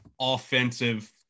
offensive